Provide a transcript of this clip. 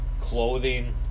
clothing